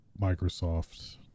Microsoft